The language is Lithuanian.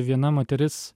viena moteris